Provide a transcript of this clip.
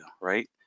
right